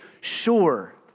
sure